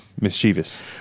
mischievous